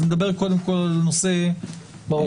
נדבר קודם כול על נושא התכליות,